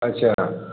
अच्छा